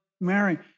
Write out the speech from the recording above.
Mary